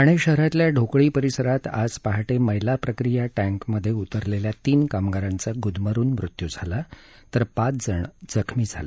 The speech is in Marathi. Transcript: ठाणे शहरातल्या ढोकळी परिसरात आज पहाटे मैला प्रक्रिया टॅंकमध्ये उतरलेल्या तीन कामगारांचा गुदमरून मृत्यू झाला तर पाच जण जखमी झाले